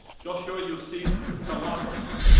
joshua youssef tawadros.